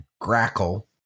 Grackle